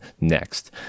next